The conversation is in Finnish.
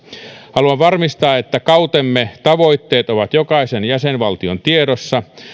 haluan varmistaa että kautemme tavoitteet ovat jokaisen jäsenvaltion tiedossa